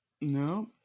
No